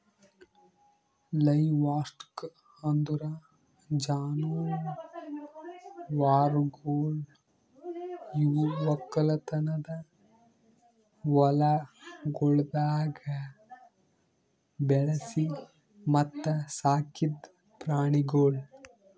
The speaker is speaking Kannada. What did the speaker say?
ಲೈವ್ಸ್ಟಾಕ್ ಅಂದುರ್ ಜಾನುವಾರುಗೊಳ್ ಇವು ಒಕ್ಕಲತನದ ಹೊಲಗೊಳ್ದಾಗ್ ಬೆಳಿಸಿ ಮತ್ತ ಸಾಕಿದ್ ಪ್ರಾಣಿಗೊಳ್